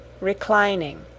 reclining